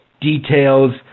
details